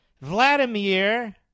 Vladimir